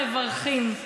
תודה רבה לכל המברכים.